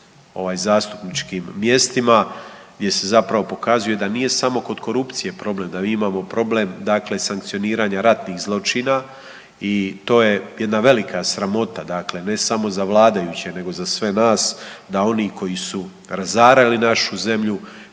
našim zastupničkim mjestima gdje se zapravo pokazuje da nije samo kod korupcije problem, da mi imamo problem sankcioniranja ratnih zločina. I to je jedna velika sramota ne samo za vladajuće nego za sve nas da oni koji su razarali našu zemlju,